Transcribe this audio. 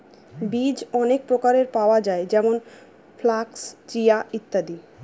বীজ অনেক প্রকারের পাওয়া যায় যেমন ফ্লাক্স, চিয়া, ইত্যাদি